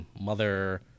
mother